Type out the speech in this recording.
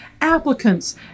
applicants